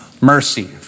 mercy